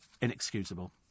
inexcusable